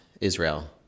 Israel